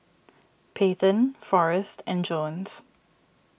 Paityn Forrest and Jones